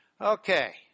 Okay